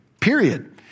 period